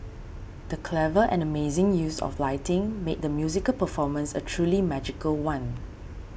the clever and amazing use of lighting made the musical performance a truly magical one